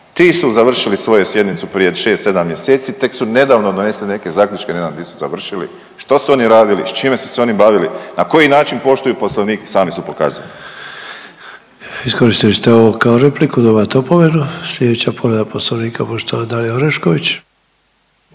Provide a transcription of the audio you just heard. Ti su završili svoje sjednicu prije 6, 7 mjesec, tek su nedavno donesene neke zaključke, ne znam di su završili, što su oni radili, s čime su se oni bavili, na koji način poštuju Poslovnik i sami su pokazali. **Sanader, Ante (HDZ)** Iskoristili ste ovo kao repliku, dobivate opomenu. Sljedeća povreda Poslovnika, poštovana Dalija Orešković.